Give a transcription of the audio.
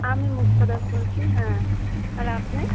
আমি মুক্তা দাস বলছি হ্যাঁ আর আপনার